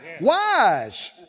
Wise